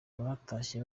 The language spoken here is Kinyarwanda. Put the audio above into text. batashye